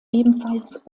ebenfalls